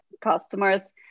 customers